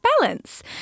balance